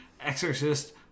Exorcist